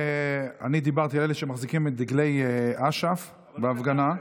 אני דיברתי על אלה שמחזיקים דגלי אש"ף בהפגנה.